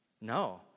No